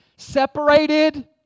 separated